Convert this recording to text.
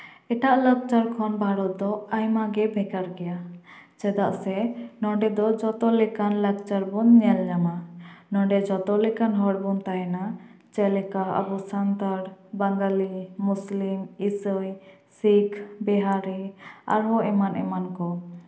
ᱮᱴᱟᱜ ᱞᱟᱠᱪᱟᱨ ᱠᱷᱚᱱ ᱵᱷᱟᱨᱚᱛ ᱫᱚ ᱟᱭᱢᱟ ᱜᱮ ᱵᱷᱮᱜᱟᱨ ᱜᱮᱭᱟ ᱪᱮᱫᱟᱜ ᱥᱮ ᱱᱚᱸᱰᱮ ᱫᱚ ᱡᱚᱛᱚ ᱞᱮᱠᱟᱱ ᱞᱟᱠᱪᱟᱨ ᱵᱚᱱ ᱧᱮᱞ ᱧᱟᱢᱟ ᱱᱚᱸᱰᱮ ᱡᱚᱛᱚ ᱞᱮᱠᱟᱱ ᱦᱚᱲ ᱵᱚᱱ ᱛᱟᱦᱮᱱᱟ ᱡᱮᱞᱮᱠᱟ ᱟᱵᱚ ᱥᱟᱱᱛᱟᱲ ᱵᱟᱝᱜᱟᱞᱤ ᱢᱩᱥᱞᱤᱢ ᱤᱥᱟᱹᱭ ᱥᱤᱠᱷ ᱵᱤᱦᱟᱨᱤ ᱟᱨᱦᱚᱸ ᱮᱢᱟᱱ ᱮᱢᱟᱱ ᱠᱚ